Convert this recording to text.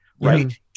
right